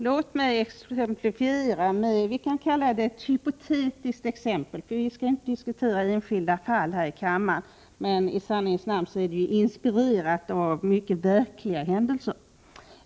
Låt mig exemplifiera med ett ”hypotetiskt” fall, för vi skall ju inte diskutera enskilda — Nr 104 fall här i kammaren. I sanningens namn är dock exemplet inspirerat av Fredagen den mycket verkliga händelser.